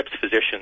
physicians